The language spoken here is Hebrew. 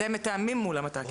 אתם מתאמים מול המת"קים.